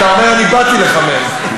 אתה אומר: "אני באתי לחמם".